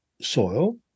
soil